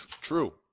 True